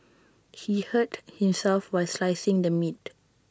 he hurt himself while slicing the meat